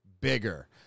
bigger